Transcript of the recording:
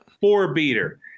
four-beater